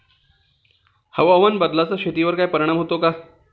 हवामान बदलाचा शेतीवर परिणाम होतो का?